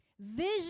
Vision